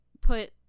put